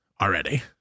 already